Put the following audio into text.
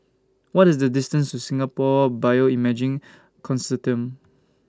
What IS The distance to Singapore Bioimaging Consortium